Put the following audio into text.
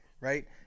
Right